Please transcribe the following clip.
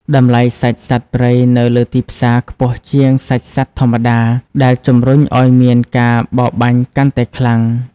តម្លៃសាច់សត្វព្រៃនៅលើទីផ្សារខ្ពស់ជាងសាច់សត្វធម្មតា ដែលជំរុញឱ្យមានការបរបាញ់កាន់តែខ្លាំង។